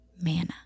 manna